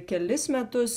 kelis metus